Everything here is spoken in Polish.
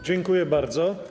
Dziękuję bardzo.